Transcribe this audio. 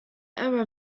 error